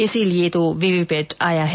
इसीलिये तो वीवीपैट आया है